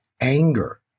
anger